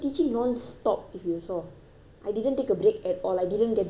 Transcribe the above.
I didn't take a break at all I didn't get distracted he just wanted to keep doing